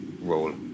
roll